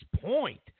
point